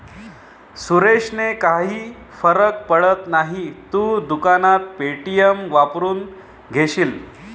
सुरेशने काही फरक पडत नाही, तू दुकानात पे.टी.एम वापरून घेशील